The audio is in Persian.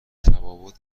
تفاوت